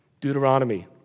Deuteronomy